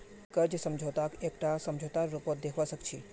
कर्ज समझौताक एकटा समझौतार रूपत देखवा सिख छी